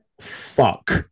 Fuck